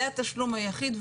זה התשלום היחיד.